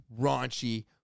raunchy